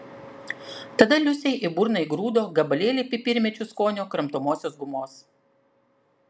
tada liusei į burną įgrūdo gabalėlį pipirmėčių skonio kramtomosios gumos